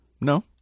No